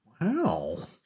Wow